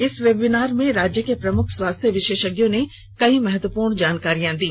इस वेबिनार में राज्य के प्रमुख स्वास्थ्य विशेषज्ञों ने कई महत्वपूर्ण जानकारियां दी